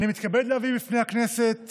אני מתכבד להביא בפני הכנסת